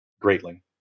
greatly